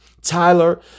tyler